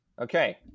Okay